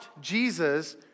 Jesus